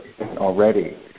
already